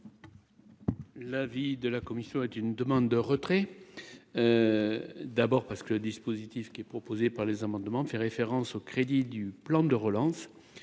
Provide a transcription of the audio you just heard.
L'avis de la commission et d'une demande de retrait, d'abord parce que le dispositif qui est proposée par les amendements fait référence au crédit du plan de relance